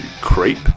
creep